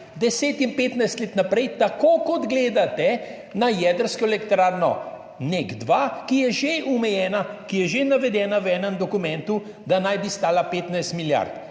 10 in 15 let naprej. Tako kot gledate na jedrsko elektrarno NEK 2, ki je že omejena, ki je že navedena v enem dokumentu, da naj bi stala 15 milijard